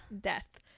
death